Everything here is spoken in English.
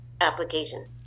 application